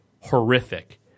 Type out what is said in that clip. horrific